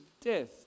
death